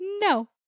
No